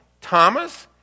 Thomas